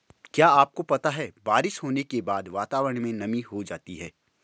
क्या आपको पता है बारिश होने के बाद वातावरण में नमी हो जाती है?